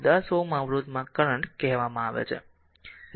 તેથી 10 Ω અવરોધ માં કરંટ કહેવામાં આવે છે